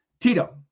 tito